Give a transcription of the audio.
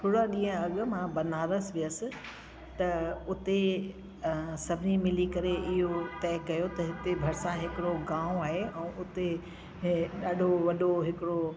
थोरा ॾींहं अॻु मां वाराण्सी वयसि त उते सभिनी मिली करे इहो तय कयो त हिते भरिसां हिकिड़ो गांव आहे ऐं उते ॾाढो वॾो हिकिड़ो